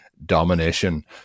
domination